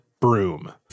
broom